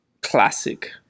classic